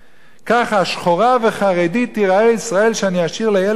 ככה שחורה וחרדית תיראה ישראל שאני אשאיר לילד שלי,